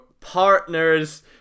partner's